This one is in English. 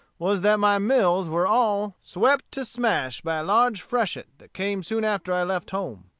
was that my mills were all swept to smash by a large freshet that came soon after i left home.